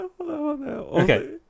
Okay